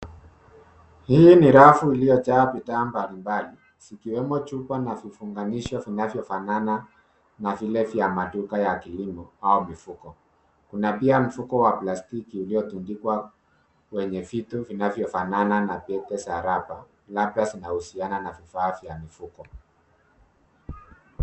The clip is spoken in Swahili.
Hii ni rafu iliyojaa bidhaa mbalimbali zikiwemo chupa na vifunganisho vinavyofanana na vile vya maduka ya kilimo au mifugo. Kuna pia mifuko wa plastiki iliyotundikwa kwenye vitu vinavyofanana na vitu za raba labda zinahusiana na vifaa vya mifugo.